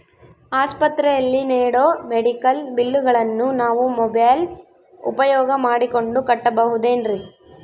ಆಸ್ಪತ್ರೆಯಲ್ಲಿ ನೇಡೋ ಮೆಡಿಕಲ್ ಬಿಲ್ಲುಗಳನ್ನು ನಾವು ಮೋಬ್ಯೆಲ್ ಉಪಯೋಗ ಮಾಡಿಕೊಂಡು ಕಟ್ಟಬಹುದೇನ್ರಿ?